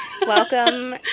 Welcome